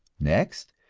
next,